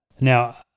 now